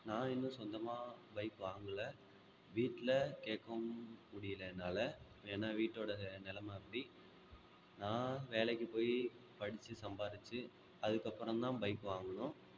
நான் இன்னும் சொந்தமாக பைக் வாங்கல வீட்டில கேட்கவும் முடியல என்னால் ஏன்னா வீட்டோட நிலம அப்படி நான் வேலைக்கு போய் படிச்சு சம்பாரிச்சு அதுக்கப்புறம் தான் பைக் வாங்கணும்